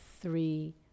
three